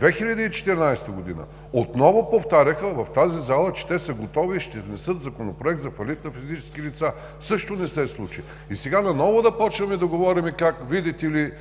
През 2014 г. отново повтаряха в тази зала, че те са готови и ще внесат Законопроект за фалит на физически лица. Също не се случи. И сега наново да почваме да говорим как, видите ли,